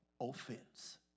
offense